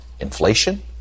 inflation